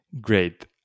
Great